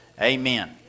Amen